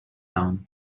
down